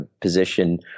position